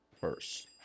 first